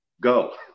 go